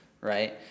right